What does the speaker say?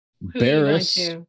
Barris